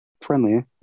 Friendly